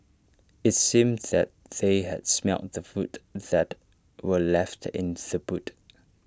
IT seemed that they had smelt the food that were left in the boot